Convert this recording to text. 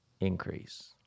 increase